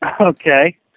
Okay